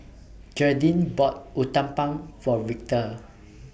Gearldine bought Uthapam For Victor